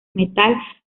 metal